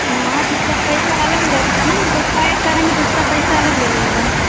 हाँ तो उसका पैसा अलग लगेगा न जो पैक करेंगे तो उसका पैसा अलग लगेगा